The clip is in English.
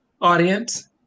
audience